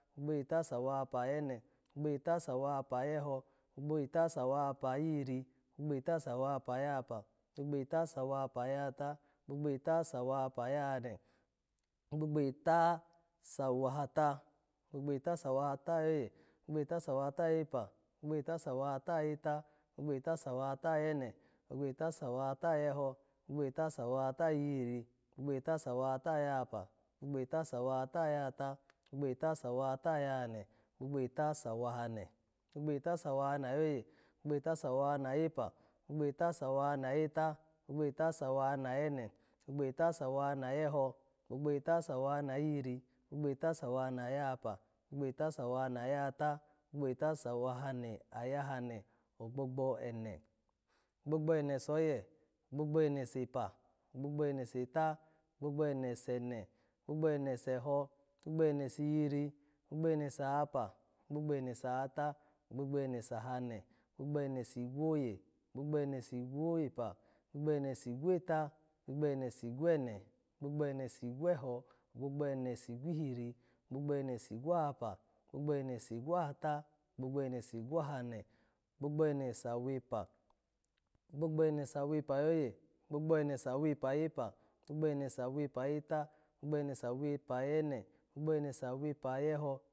Gbogbo eta sawahapa ayene, gbogbo eta sawahapa ayeho, gbogbo eta sawahapa ayihiri, gbogbo eta sawahapa ayahapa, gbogbo eta sawahapa ayahata, gbogbo eta sawahapa ayahane, ogbogbo eta sawahata, ogbogbo eta sawahata ayoye, gbogbo eta sawahata ayepa, gbogbo eta sawahata ayeta, gbogbo eta sawahata ayene, gbogbo eta sawahata ayeho, gbogbo eta sawahata ayihiri, gbogbo eta sawahata sayahapa, gbogbo eta sawahata ayahata, gbogbo eta sawahata ayahane, gbogbo eta sawahane, gbogbo eta sawahane ayoye, gbogbo eta sawahane ayepa, gbogbo eta sawahane ayeta, gbogbo eta sawahane ayene, gbogbo eta sawahane ayeho, gbogbo eta sawahane ayihiri, gbogbo eta sawahane ayahapa, gbogbo eta sawahane ayahapa, gbogbo eta sawahane ayahata, gbogbo eta sawahane ayahane, ogbogbo ene, gbogbo ene soye, gbogbo ene sepa, gbogbo ene seta, gbogbo ene sene, gbogbo ene seho, gbogbo ene sihiri, gbogbo ene sahapa, gbogbo ene sahata, gbogbo ene sahane, gbogbo ene sigwoye, gbogbo ene sigwoepa, gbogbo ene sigweta, gbogbo ene sigwene, gbogbo ene sigweho, gbogbo ene sigwihiri, gbogbo ene sigwahapa, gbogbo ene sigwahata, gbogbo ene sigwahane, gbogbo ene sawepa, gbogbo ene sawepa ayoye, gbogbo ene sawepa ayepa, gbogbo ene sawepa ayeta, gbogbo ene sawepa ayene, gbogbo ene sawepa ayeho